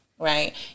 Right